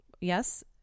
Yes